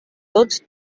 tots